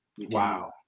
Wow